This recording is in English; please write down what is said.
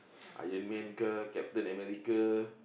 Iron-Man ke Captain-America